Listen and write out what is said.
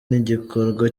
nk’igikorwa